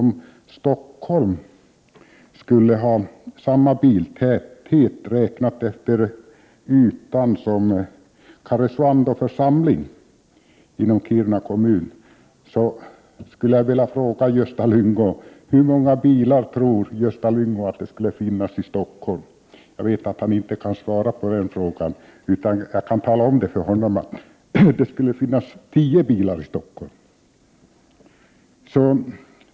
Om Stockholm skulle ha samma biltäthet som Karesuando församling i Kiruna kommun, räknat efter yta, hur många 4 bilar tror då Gösta Lyngå att det skulle finnas i Stockholm? Jag vet att han inte kan svara på den frågan. Jag kan tala om för honom att det då skulle finnas tio bilar i Stockholm.